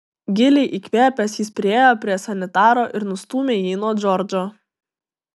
giliai įkvėpęs jis priėjo prie sanitaro ir nustūmė jį nuo džordžo